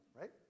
right